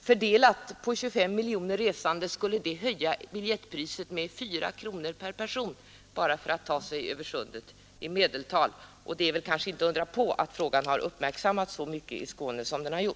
Fördelas det beloppet på 25 miljoner resande skulle det höja biljettpriset med i medeltal 4 kronor per person bara för en resa över Sundet — och det är kanske inte att undra på att frågan har uppmärksammats så mycket i Skåne som den har.